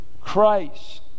Christ